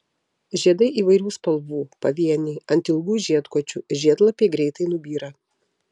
žiedai įvairių spalvų pavieniai ant ilgų žiedkočių žiedlapiai greitai nubyra